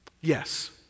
Yes